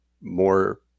more